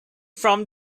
from